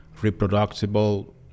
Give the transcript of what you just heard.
reproducible